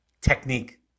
technique